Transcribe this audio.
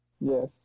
Yes